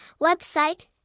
website